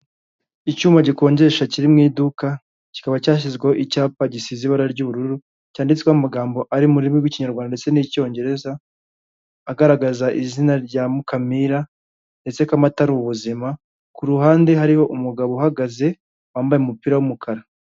Icyuma gikonjesha kiri mu iduka kikaba cyashyizweho icyapa, gisize ibara ry'ubururu, cyanditsweho amagambo ari mu rurimi rw'ikinyarwanda ndetse n'icyongereza, agaragaza izina rya Mukamira ndetse ko amata ari ubuzima, ku ruhande hariho umugabo uhagaze wambaye umupira wumukara.